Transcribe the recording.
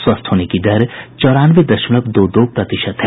स्वस्थ होने की दर चौरानवे दशमलव दो दो प्रतिशत है